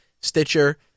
Stitcher